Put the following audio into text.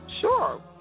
Sure